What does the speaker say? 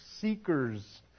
seekers